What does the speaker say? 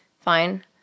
fine